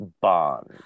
Bond